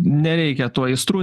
nereikia tų aistrų